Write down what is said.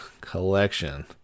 collection